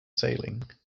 sailing